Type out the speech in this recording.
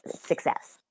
success